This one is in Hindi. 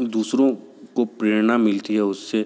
दूसरों को प्रेरणा मिलती है और उससे